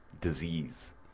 disease